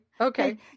Okay